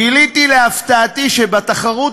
גיליתי, הייתה תחרות